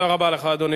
תודה רבה לך, אדוני.